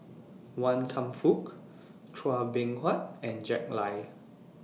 Wan Kam Fook Chua Beng Huat and Jack Lai